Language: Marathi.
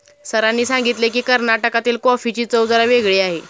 सरांनी सांगितले की, कर्नाटकातील कॉफीची चव जरा वेगळी आहे